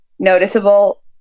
noticeable